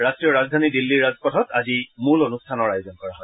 ৰাষ্ট্ৰীয় ৰাজধানী দিল্লীৰ ৰাজপথত আজিৰ মূল অনুষ্ঠানৰ আয়োজন কৰা হয়